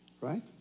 Right